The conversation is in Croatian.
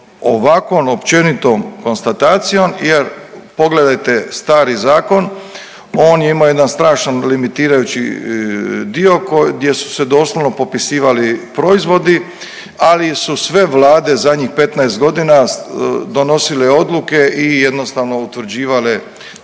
ovakvom općenitom konstatacijom jer pogledajte stari zakon on ima jedan strašan limitirajući dio gdje su se doslovno popisivali proizvodi, ali su sve vlade zadnjih 15 godina donosile odluke i jednostavno utvrđivale to ne